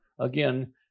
again